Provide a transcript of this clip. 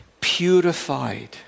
purified